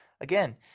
Again